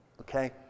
Okay